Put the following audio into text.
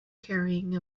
carrying